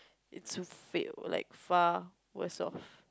it's fail like far worse off